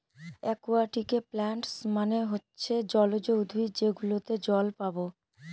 একুয়াটিকে প্লান্টস মানে হচ্ছে জলজ উদ্ভিদ যেগুলোতে জল পাবো